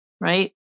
right